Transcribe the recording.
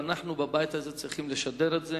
ואנחנו בבית הזה צריכים לשדר את זה